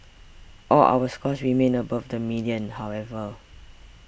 all our scores remain above the median however